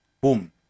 boom